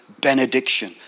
benediction